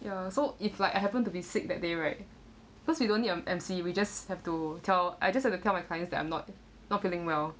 ya so if like I happen to be sick that day right cause we don't need a M_C we just have to tell I just have to tell my clients that I'm not not feeling well